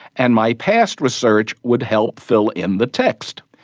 and my past research would help fill in the text.